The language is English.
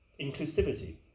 Inclusivity